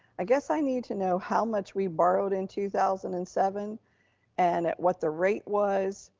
i guess i need to know how much we borrowed in two thousand and seven and at what the rate was.